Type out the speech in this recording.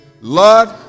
Lord